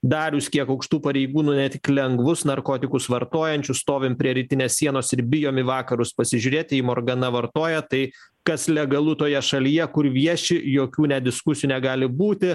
darius kiek aukštų pareigūnų ne tik lengvus narkotikus vartojančių stovim prie rytinės sienos ir bijom į vakarus pasižiūrėti jei morgana vartoja tai kas legalu toje šalyje kur vieši jokių net diskusijų negali būti